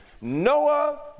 Noah